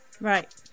Right